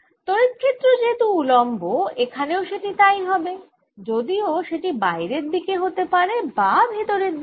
তড়িৎ ক্ষেত্র যেহেতু উলম্ব এখানেও সেটি তাই হবে যদিও সেটি বাইরের দিকে হতে পারে বা ভেতরের দিকে